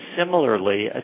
similarly